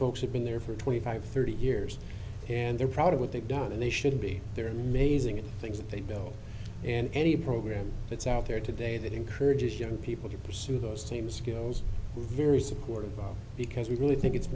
folks have been there for twenty five thirty years and they're proud of what they've done and they should be there and mazing things that they will and any program that's out there today that encourages young people to pursue those teams skills very supportive because we really think it's